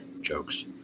jokes